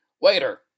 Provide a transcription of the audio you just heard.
Waiter